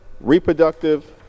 reproductive